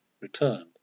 returned